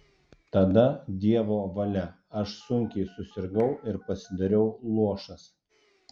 tada dievo valia aš sunkiai susirgau ir pasidariau luošas